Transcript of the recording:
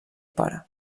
pare